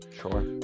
Sure